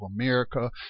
America